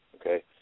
Okay